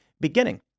beginning